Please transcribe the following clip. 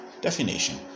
Definition